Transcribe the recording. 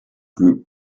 group